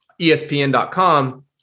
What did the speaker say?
ESPN.com